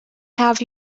have